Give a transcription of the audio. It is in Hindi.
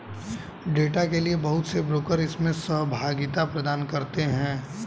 डेटा के लिये बहुत से ब्रोकर इसमें सहभागिता प्रदान करते हैं